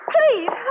Please